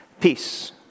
Peace